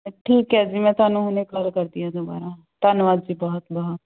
ਠੀਕ ਹੈ ਜੀ ਮੈਂ ਤੁਹਾਨੂੰ ਹੁਣੇ ਕੋਲ ਕਰਦੀ ਹਾਂ ਦੁਬਾਰਾ ਧੰਨਵਾਦ ਜੀ ਬਹੁਤ ਬਹੁਤ